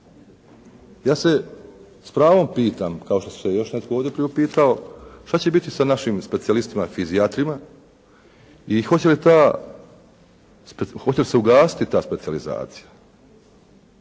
Ja se s pravom pitam, kao što se još netko ovdje priupitao, što će biti sa našim specijalistima fizijatrima i hoće li se ugasiti ta specijalizacija?